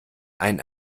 ein